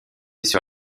sur